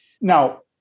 now